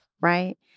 right